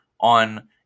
on